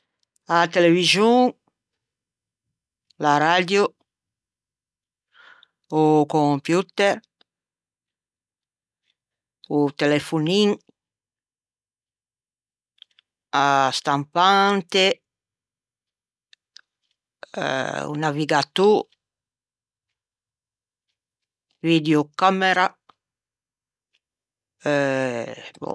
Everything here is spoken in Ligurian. Â televixon, l'araddio, o computer, o telefonin, a stampante, eh o navigatô, viddiocamera,